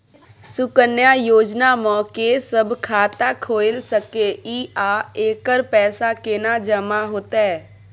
सुकन्या योजना म के सब खाता खोइल सके इ आ एकर पैसा केना जमा होतै?